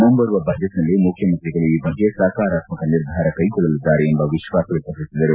ಮುಂಬರುವ ಬಜೆಟ್ನಲ್ಲಿ ಮುಖ್ಯಮಂತ್ರಿಗಳು ಈ ಬಗ್ಗೆ ಸಕಾರಾತ್ಮಕ ನಿರ್ಧಾರ ಕೈಗೊಳ್ಳಲಿದ್ದಾರೆ ಎಂಬ ವಿಶ್ವಾಸ ವ್ಯಕ್ತಪಡಿಸಿದರು